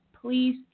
please